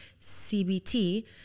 CBT